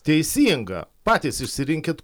teisinga patys išsirinkit